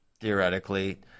Theoretically